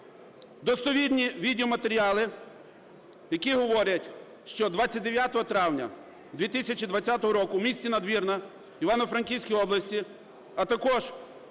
достовірні відеоматеріали, які говорять, що 29 травня 2020 року у місті Надвірна Івано-Франківської області, а також